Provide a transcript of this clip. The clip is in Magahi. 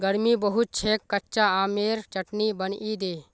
गर्मी बहुत छेक कच्चा आमेर चटनी बनइ दे